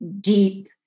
deep